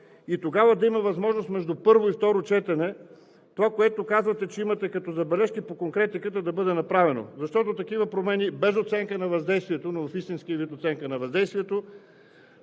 и тогава да има възможност между първо и второ четене това, което казвате, че имате като забележки по конкретиката, да бъде направено. Защото такива промени без оценка на въздействието, но в истинския вид оценка на въздействието,